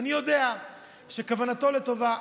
ואני יודע שכוונתו לטובה.